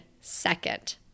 second